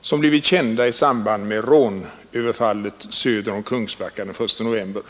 som blivit kända i samband med rånöverfallet söder om Kungsbacka den 1 november.